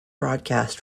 broadcast